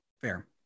fair